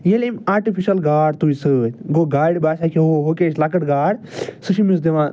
ییٚلہِ أمۍ آٹِفِشل گاڈ تُج سۭتۍ گوٚو گاڈِ باسے کہِ یو ہُکے ہے چھِ لۄکٕٹ گاڈ سٕہ چھِ أمِس دِوان